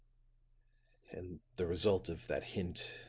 and the result of that hint,